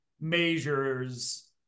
measures